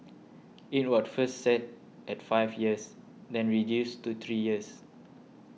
it was first set at five years then reduced to three years